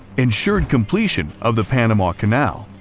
ensured completion of the panama canal,